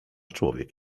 człowiek